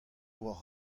war